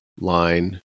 line